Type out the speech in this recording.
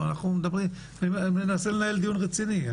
אני מנסה לנהל דיון רציני.